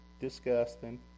Disgusting